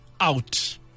out